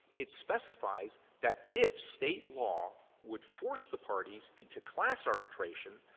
it specifies that if state law would force the parties into class arbitration,